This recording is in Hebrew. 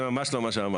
זה ממש לא מה שאמרתי.